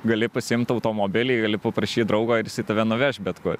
gali pasiimt automobilį gali paprašyt draugo ir jisai tave nuveš bet kur